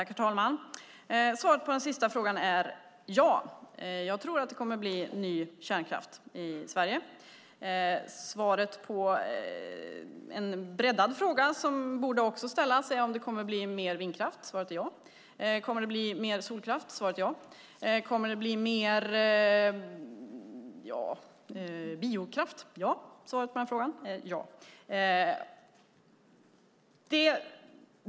Herr talman! Svaret på den sista frågan är: Ja, jag tror att det kommer att bli ny kärnkraft i Sverige. En breddad fråga som också borde ställas är om det kommer att bli mer vindkraft. Svaret är ja. Kommer det att bli mer solkraft? Svaret är ja. Kommer det att bli mer biokraft? Svaret på den frågan är ja.